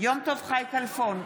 יום טוב חי כלפון,